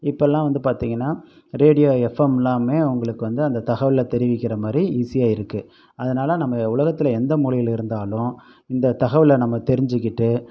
இப்பெல்லாம் வந்து பார்த்தீங்கன்னா ரேடியோ எஃப்பெம்லாமே உங்களுக்கு வந்து அந்த தகவலை தெரிவிக்கிற மாதிரி ஈஸியாக இருக்குது அதனால நம்ம உலகத்தில் எந்த மூலையில் இருந்தாலும் இந்த தகவலை நம்ம தெரிஞ்சிக்கிட்டு